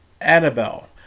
Annabelle